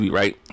right